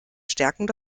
stärkung